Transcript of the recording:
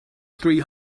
three